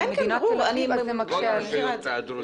--- השאלה היא למה צריך בכלל את המצ'ינג הזה.